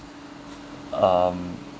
um